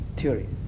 theory